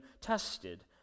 tested